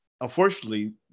Unfortunately